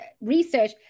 Research